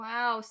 Wow